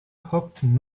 hopped